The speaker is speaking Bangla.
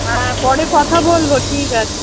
হ্যাঁ পরে কথা বলবো ঠিক আছে